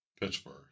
Pittsburgh